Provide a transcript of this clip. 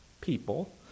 people